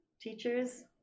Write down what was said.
teachers